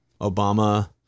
Obama